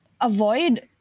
avoid